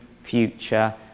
future